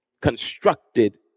constructed